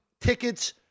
tickets